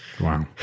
Wow